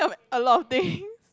a lot of things